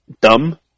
dumb